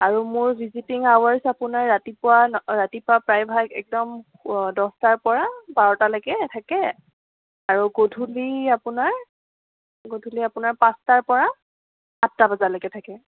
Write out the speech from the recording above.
আৰু মোৰ visiting hours আপোনাৰ ৰাতিপুৱা ন ৰাতিপুৱা প্ৰায়ভাগ একদম পু দহটাৰ পৰা বাৰটালৈকে থাকে আৰু গধূলি আপোনাৰ গধূলি আপোনাৰ পাঁচটাৰ পৰা আঠটা বজালৈকে থাকে